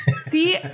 See